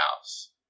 house